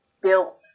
built